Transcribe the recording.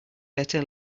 better